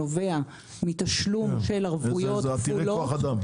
שנובע מתשלום של ערבויות כפולות.